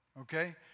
okay